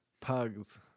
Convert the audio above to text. pugs